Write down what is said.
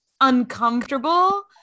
uncomfortable